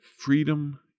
freedom